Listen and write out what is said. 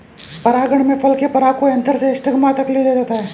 परागण में फल के पराग को एंथर से स्टिग्मा तक ले जाया जाता है